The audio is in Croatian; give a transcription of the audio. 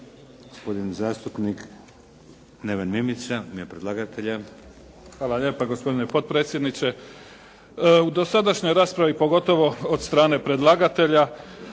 gospodin zastupnik Neven Mimica, u ime predlagatelja. **Mimica, Neven (SDP)** Hvala lijepa gospodine potpredsjedniče, u dosadašnjoj raspravi pogotovo od strane predlagatelja